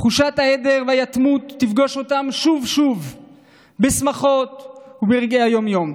תחושת ההיעדר והיתמות תפגוש אותם שוב ושוב בשמחות וברגעי היום-יום.